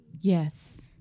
Yes